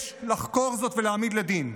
יש לחקור זאת ולהעמיד לדין.